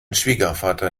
schwiegervater